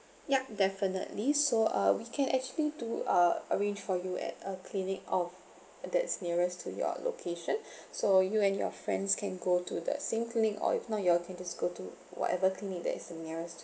yup definitely so uh we can actually do uh arrange for you at a clinic of that's nearest to your location so you and your friends can go to the same clinic or if not you all can just go to whatever clinic that is the nearest